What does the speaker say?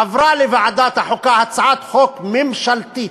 עברה לוועדת החוקה הצעת חוק ממשלתית.